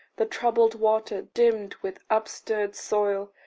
the troubled water, dim with upstirred soil,